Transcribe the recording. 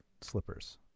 slippers